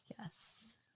Yes